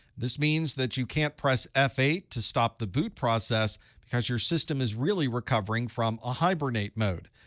this means that you can't press f eight to stop the boot process because your system is really recovering from a hibernate mode.